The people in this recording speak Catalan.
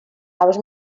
aus